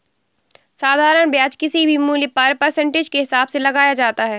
साधारण ब्याज किसी भी मूल्य पर परसेंटेज के हिसाब से लगाया जाता है